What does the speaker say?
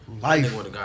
Life